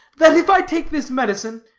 that if i take this medicine,